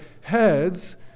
heads